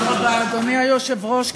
אדוני היושב-ראש,